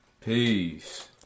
Peace